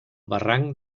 barranc